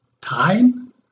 Time